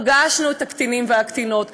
פגשנו את הקטינים והקטינות,